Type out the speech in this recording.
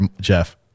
Jeff